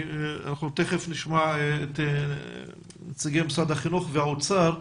אנחנו תיכף נשמע את נציגי משרד החינוך והאוצר.